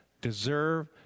deserve